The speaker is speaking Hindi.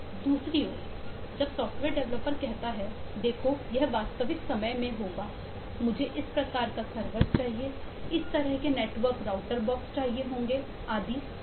दूसरी और जब सॉफ्टवेयर डेवलपर कहता है देखो यह वास्तविक समय में होगा मुझे इस प्रकार का सरवर चाहिए होगा इस तरह के नेटवर्क ब्राउटर बॉक्स चाहिए होंगे आदि